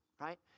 right